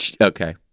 Okay